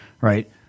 Right